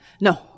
No